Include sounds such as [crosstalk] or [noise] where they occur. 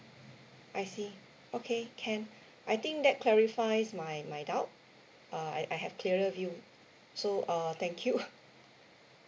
I see okay can I think that clarifies my my doubt uh I I have a clearer view so uh thank you [laughs]